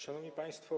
Szanowni Państwo!